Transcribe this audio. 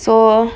so